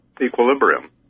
equilibrium